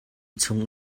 chung